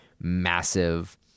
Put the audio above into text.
massive